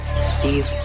steve